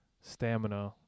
stamina